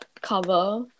cover